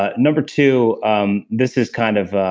ah number two, um this is kind of